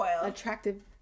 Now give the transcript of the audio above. attractive